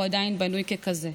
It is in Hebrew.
והוא עדיין בנוי ככזה.